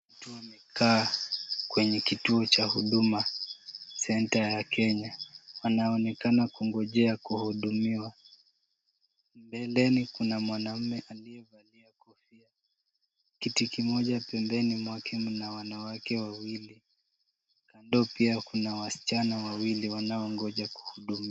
Watu wamekaa kwenye kituo cha huduma centre ya Kenya. Wanaonekana kungojea kuhudumiwa. Mbeleni kuna mwanaume aliyevalia kofia. Kiti kimoja pembeni mwake mna wanawake wawili. Kando pia kuna wasichana wawili wanaongoja kuhudumiwa.